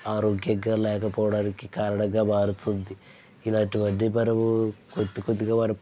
ఆరోగ్యంగా లేకపోవడానికి కారణంగా మారుతుంది ఇలాంటి వన్ని మనం కొద్దికొద్దిగా మనం